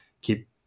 keep